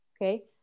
Okay